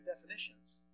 definitions